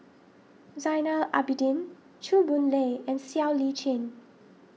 Zainal Abidin Chew Boon Lay and Siow Lee Chin